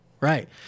Right